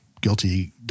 guilty